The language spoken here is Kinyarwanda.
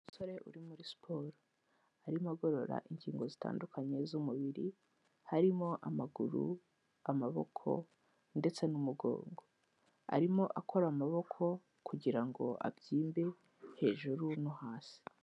Umusore uri muri siporo, arimo agorora ingingo zitandukanye z'umubiri harimo amaguru, amaboko ndetse n'umugongo, arimo akora amaboko kugira ngo abyimbe hejuru no hasi.